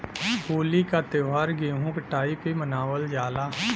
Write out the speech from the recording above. होली क त्यौहार गेंहू कटाई पे मनावल जाला